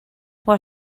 what